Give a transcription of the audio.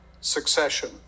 succession